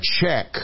check